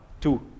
Two